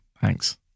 thanks